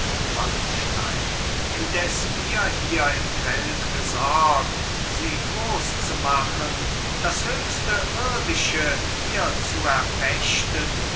wallenstein indes wir hier im feld gesorgt sie groß zu machen das höchste irdische ihr zu erfechten